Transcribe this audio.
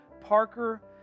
Parker